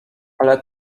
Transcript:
ale